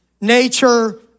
nature